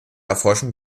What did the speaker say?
erforschung